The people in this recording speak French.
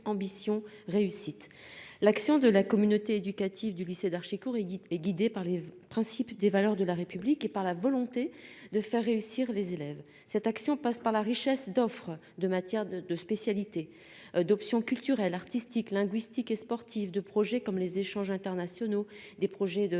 ambitions réussites. L'action de la communauté éducative du lycée d'Achicourt et guidée par les principes des valeurs de la République et par la volonté de faire réussir les élèves. Cette action passe par la richesse d'offres de matière de de spécialité d'options culturel, artistique, linguistique et sportive de projets comme les échanges internationaux des projets de